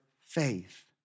faith